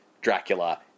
Dracula